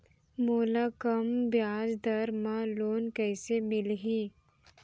मोला कम ब्याजदर में लोन कइसे मिलही?